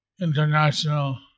international